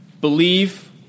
Believe